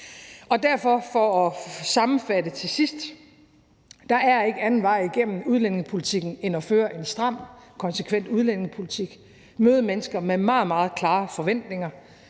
Derfor – for at sammenfatte det til sidst – er der ingen anden vej igennem udlændingepolitikken end at føre en stram, konsekvent udlændingepolitik og møde mennesker med meget, meget klare forventninger.